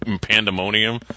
pandemonium